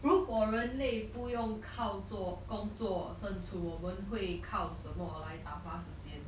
如果人类不用靠做工作生存我们会靠什么来打发时间